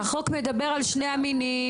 החוק מדבר על שני המינים.